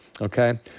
okay